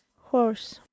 horse